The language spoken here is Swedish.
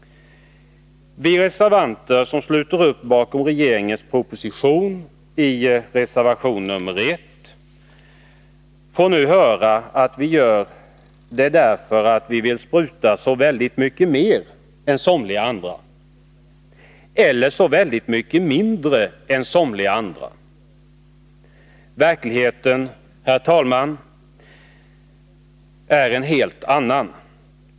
Vi som i reservation 1 sluter upp bakom regeringens proposition får nu höra att vi gör det därför att vi vill spruta så väldigt mycket mer än somliga andra — eller så väldigt mycket mindre än somliga andra. Verkligheten, herr talman, är en helt annan.